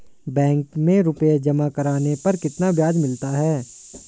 Bank में रुपये जमा करने पर कितना ब्याज मिलता है?